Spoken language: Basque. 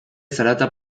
zarata